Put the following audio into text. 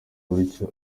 gutyo